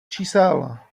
čísel